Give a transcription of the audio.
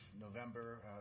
November